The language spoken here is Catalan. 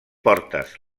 portes